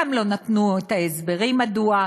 גם לא נתנו את ההסברים מדוע.